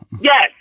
Yes